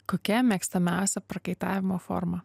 kokia mėgstamiausia prakaitavimo forma